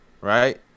right